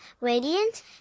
radiant